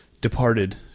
departed